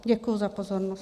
Děkuji za pozornost.